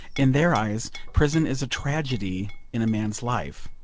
in their eyes prison is a tragedy in a man's life,